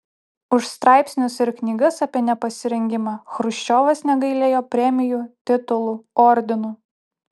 už straipsnius ir knygas apie nepasirengimą chruščiovas negailėjo premijų titulų ordinų